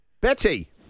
Betty